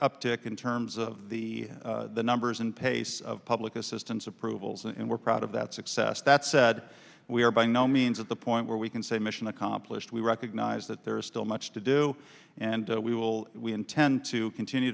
uptick in terms of the numbers and pace of public assistance approvals and we're proud of that success that said we are by no means at the point where we can say mission accomplished we recognize that there is still much to do and we will we intend to continue